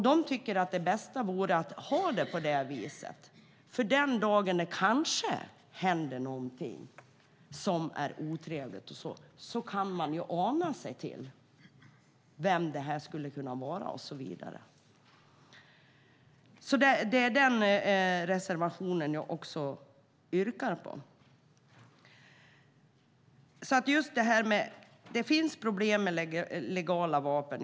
De tycker att det bästa vore att ha det på nämnda vis, för den dagen någonting otrevligt händer kan man ana sig till vem det skulle kunna vara fråga om och så vidare, så den reservationen yrkar jag bifall till. Det finns alltså problem även med legala vapen.